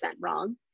wrong